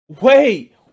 Wait